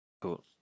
Cool